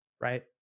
right